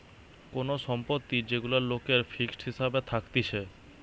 কোন সম্পত্তি যেগুলা লোকের ফিক্সড হিসাবে থাকতিছে